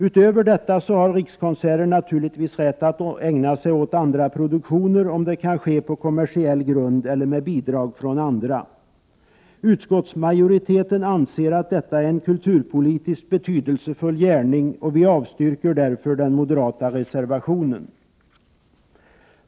Utöver detta har Rikskonserter naturligtvis rätt att ägna sig åt andra produktioner, om det kan ske på kommersiell grund eller med bidrag från andra. Utskottsmajoriteten anser att detta är en kulturpolitiskt betydelsefull gärning och avstyrker därför den moderata reservationen.